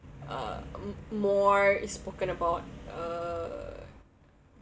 uh more is spoken about uh